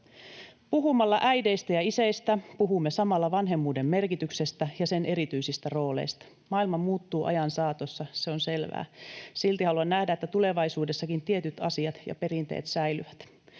Puhumalla äideistä ja isistä puhumme samalla vanhemmuuden merkityksestä ja sen erityisistä rooleista. Maailma muuttuu ajan saatossa, se on selvää. Silti haluan nähdä, että tulevaisuudessakin tietyt asiat ja perinteet säilyvät.